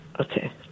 Okay